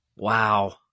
Wow